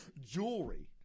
Jewelry